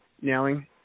nailing